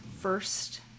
first